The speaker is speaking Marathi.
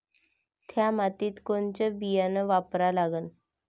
थ्या मातीत कोनचं बियानं वापरा लागन?